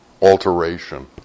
alteration